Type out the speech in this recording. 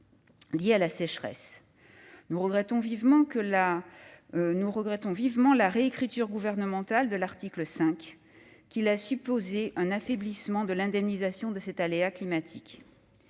lié à la sécheresse. Nous regrettons vivement la réécriture gouvernementale de l'article 5, qui laisse supposer un affaiblissement de l'indemnisation de cet aléa climatique.